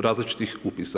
različitih upisa.